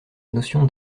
notion